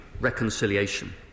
reconciliation